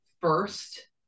first